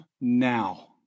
now